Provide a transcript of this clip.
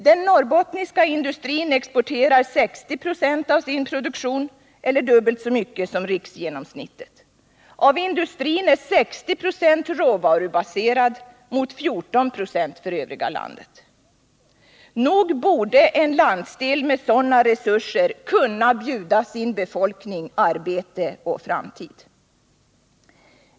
Den norrbottniska industrin exporterar 60 96 av sin produktion, eller dubbelt så mycket som riksgenomsnittet. Av industrin är 60 96 råvarubaserad, mot 14 96 av övriga landet. Nog borde en landsdel med sådana resurser kunna bjuda sin befolkning arbete och framtid.